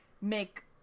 make